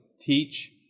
teach